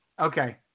Okay